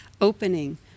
opening